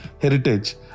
Heritage